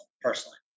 personally